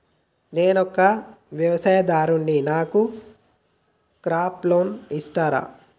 నేను ఒక వ్యవసాయదారుడిని నాకు క్రాప్ లోన్ ఇస్తారా?